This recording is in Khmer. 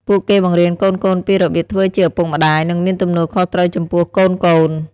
ពួកគេបង្រៀនកូនៗពីរបៀបធ្វើជាឱពុកម្ដាយ និងមានទំនួលខុសត្រូវចំពោះកូនៗ។